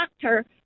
doctor